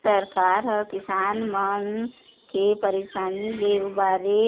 सरकार ह किसान मन के परसानी ले उबारे